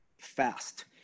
fast